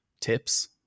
tips